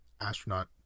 Astronaut